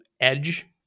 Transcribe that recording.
edge